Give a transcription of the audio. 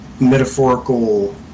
metaphorical